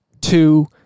two